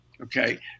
Okay